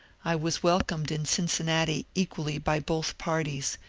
i was welcomed in cincinnati equally by both parties,